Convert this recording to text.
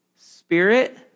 spirit